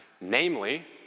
namely